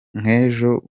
nk’ejo